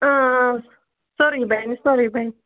سورٕے بَنہِ سورٕے بَنہِ